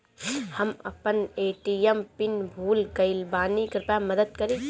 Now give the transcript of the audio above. हम अपन ATM pin भूल गएल बानी, कृपया मदद करीं